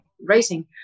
racing